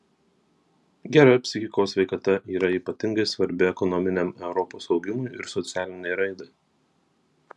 gera psichikos sveikata yra ypatingai svarbi ekonominiam europos augimui ir socialinei raidai